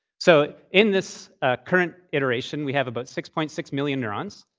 so in this current iteration, we have about six point six million neurons,